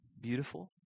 beautiful